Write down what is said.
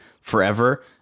forever